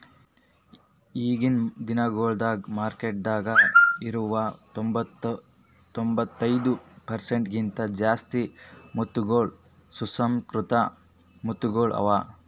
ಈಗಿನ್ ದಿನಗೊಳ್ದಾಗ್ ಮಾರ್ಕೆಟದಾಗ್ ಇರವು ತೊಂಬತ್ತೈದು ಪರ್ಸೆಂಟ್ ಕಿಂತ ಜಾಸ್ತಿ ಮುತ್ತಗೊಳ್ ಸುಸಂಸ್ಕೃತಿಕ ಮುತ್ತಗೊಳ್ ಅವಾ